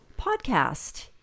podcast